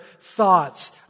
thoughts